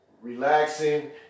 relaxing